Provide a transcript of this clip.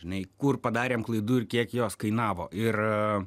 žinai kur padarėme klaidų ir kiek jos kainavo ir